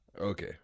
Okay